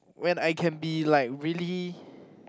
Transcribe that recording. when I can be like really